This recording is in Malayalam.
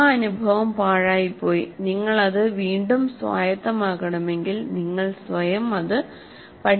ആ അനുഭവം പാഴായിപ്പോയി നിങ്ങൾ അത് വീണ്ടും സ്വായത്തമാക്കണെമെങ്കിൽ നിങ്ങൾ സ്വയം അത് പഠിക്കണം